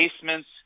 basements